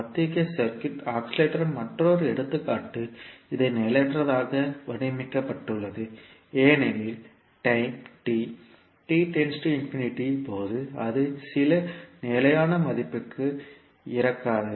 அத்தகைய சுற்றுக்கு ஆஸிலேட்டர் மற்றொரு எடுத்துக்காட்டு இது நிலையற்றதாக வடிவமைக்கப்பட்டுள்ளது ஏனெனில் டைம் t போது அது சில நிலையான மதிப்புக்கு இறக்காது